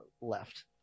left